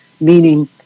meaning